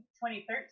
2013